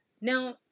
Now